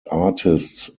artists